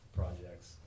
projects